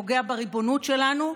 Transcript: שפוגע בריבונות שלנו,